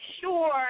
sure